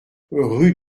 rue